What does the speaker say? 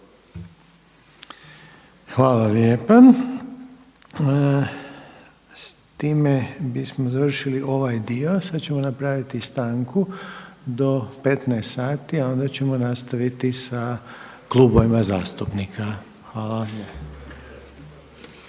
Hvala lijepa. S time bismo završili ovaj dio, sada ćemo napraviti stanku do 15,00 sati, a onda ćemo nastaviti sa klubovima zastupnika. Hvala.